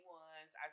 ones